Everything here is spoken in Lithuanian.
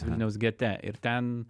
vilniaus gete ir ten